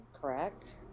correct